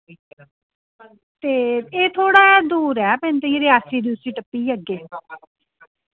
ते एह् थोह्ड़ा दूर ऐ बिंदग रेआसी रयूसी टप्पियै अग्गें